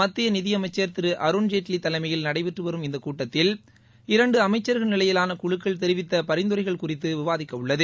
மத்திய நிதி அமைச்சா் திரு அருண்ஜேட்லி தலைமையில் நடைபெற்று வரும் இந்தக் கூட்டத்தில் இரண்டு அமைச்சர்கள் நிலையிலான குழுக்கள் தெரிவித்த பரிந்துரைகள் குறித்து விவாதிக்க உள்ளது